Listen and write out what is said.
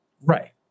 right